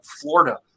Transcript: Florida